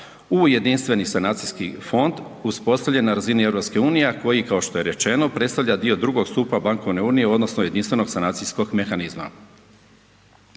u Jedinstveni sanacijski fond uspostavljen na razini EU, a koji kao što je rečeno, predstavlja dio drugog stupa Bankovne unije u odnosu Jedinstvenog sanacijskog mehanizma.